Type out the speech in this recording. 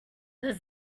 does